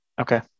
Okay